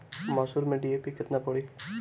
मसूर में डी.ए.पी केतना पड़ी?